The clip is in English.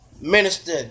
minister